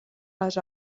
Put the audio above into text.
les